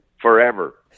forever